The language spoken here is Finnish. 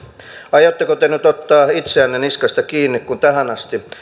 aiotteko te nyt ottaa itseänne niskasta kiinni kun tähän asti